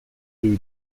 rue